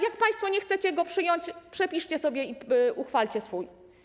Jak państwo nie chcecie go przyjąć, przepiszcie sobie i uchwalcie jako swój.